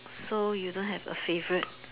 so you don't have a favourite